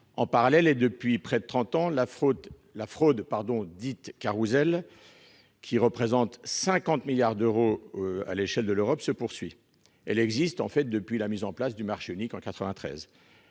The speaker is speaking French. En parallèle, depuis près de trente ans, la fraude dite carrousel, qui représente 50 milliards d'euros à l'échelle de l'Europe, se poursuit. Elle existe depuis la mise en place du marché unique en 1993.